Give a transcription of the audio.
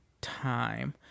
time